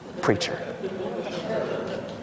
preacher